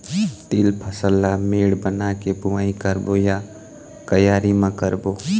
तील फसल ला मेड़ बना के बुआई करबो या क्यारी म करबो?